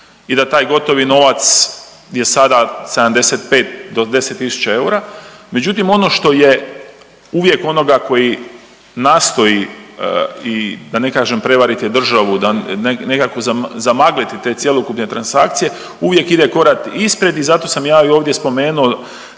i da taj gotovi novac je sada 75 do 10.000 eura. Međutim, ono što je uvijek onoga koji nastoji i da ne kažem prevariti državu da nekako zamagliti te cjelokupne transakcije uvijek ide korak ispred i zato sam ja i ovdje spomenuo